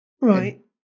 Right